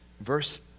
verse